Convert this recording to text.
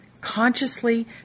consciously